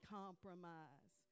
compromise